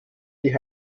die